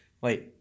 wait